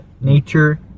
nature